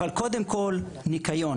אבל קודם כל ניקיון.